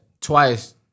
twice